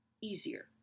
easier